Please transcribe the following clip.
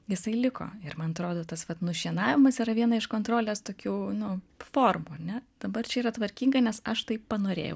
jisai liko ir man atrodo tas vat nušienavimas yra viena iš kontrolės tokių nu formų ne dabar čia yra tvarkinga nes aš taip panorėjau